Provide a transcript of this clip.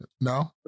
No